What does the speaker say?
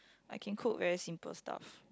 I can cook very simple stuff